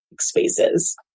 spaces